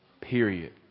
Period